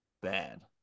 Bad